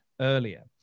earlier